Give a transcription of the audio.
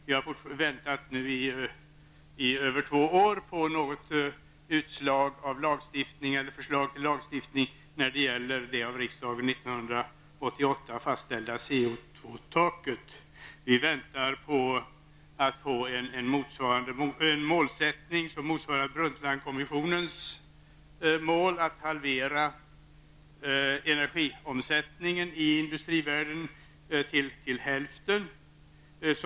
Vi har nu fått vänta i över två år på ett förslag till lagstiftning när det gäller det av riksdagen 1988 fastställda CO2-taket. Vi väntar på att få en målsättning som motsvarar Brundtlandkommissionens mål att halvera energiomsättningen i industrivärlden till hälften.